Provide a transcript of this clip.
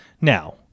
Now